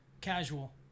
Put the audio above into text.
casual